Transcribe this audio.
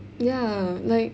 ya like